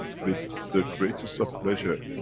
with the greatest of pleasure.